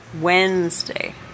Wednesday